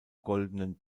goldenen